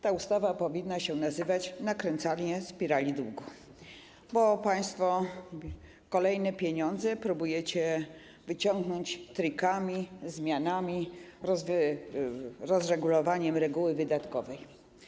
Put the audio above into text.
Ta ustawa powinna się nazywać: o nakręcaniu spirali długu, bo państwo kolejne pieniądze próbujecie wyciągnąć trikami, zmianami, rozregulowaniem reguły wydatkowej.